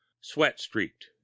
sweat-streaked